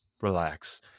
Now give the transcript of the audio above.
relax